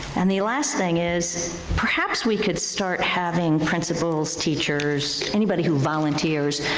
and the last thing is, perhaps we could start having principals, teachers, anybody who volunteers,